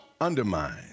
undermine